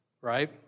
right